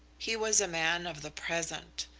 he was a man of the present.